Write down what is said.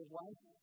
life